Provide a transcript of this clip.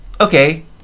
Okay